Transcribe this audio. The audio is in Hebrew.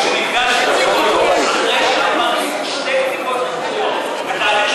תגיד לי אתה מה החוק, אוקיי?